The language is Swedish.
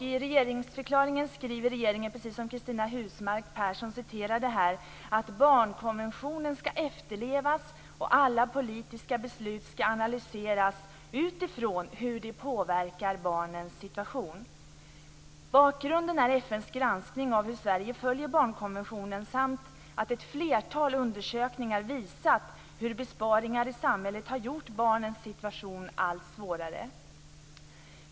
I regeringsförklaringen skriver regeringen, precis som Cristina Husmark Pehrsson citerade, att barnkonventionen skall efterlevas och att alla politiska beslut skall analyseras utifrån hur de påverkar barnens situation. Bakgrunden är FN:s granskning av hur Sverige följer barnkonventionen samt att ett flertal undersökningar visat hur besparingar i samhället har gjort barnens situation allt svårare.